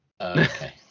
okay